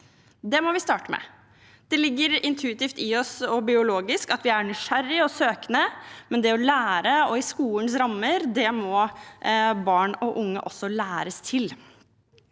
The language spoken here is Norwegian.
Det må vi starte med. Det ligger intuitivt og biologisk i oss at vi er nysgjerrige og søkende, men det å lære, i skolens rammer, må barn og unge læres opp